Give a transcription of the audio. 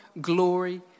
glory